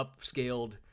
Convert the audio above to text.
upscaled